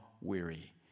weary